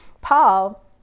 Paul